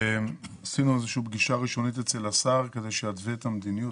עשינו איזושהי פגישה ראשונית אצל השר כדי שיתווה את המדיניות,